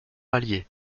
allier